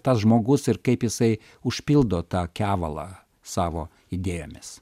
tas žmogus ir kaip jisai užpildo tą kevalą savo idėjomis